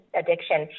addiction